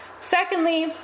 Secondly